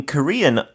Korean